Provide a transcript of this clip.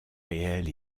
réels